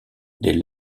des